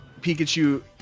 Pikachu